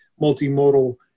multimodal